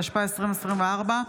התשפ"ה 2024,